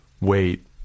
wait